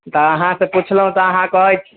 तऽ आहाँसँ पुछ्लहुँ तऽ आहाँ कहै छी